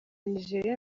nigeria